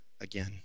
again